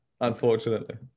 unfortunately